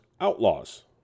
Outlaws